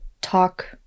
talk